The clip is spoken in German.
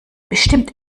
bestimmt